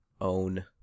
own